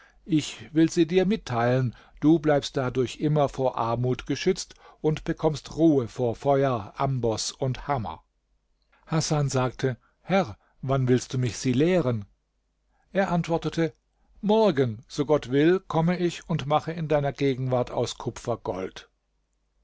ich will dir sie mitteilen du bleibst dadurch immer vor armut geschützt und bekommst ruhe vor feuer amboß und hammer hasan sagte herr wann willst du mich sie lehren er antwortete morgen so gott will komme ich und mache in deiner gegenwart aus kupfer gold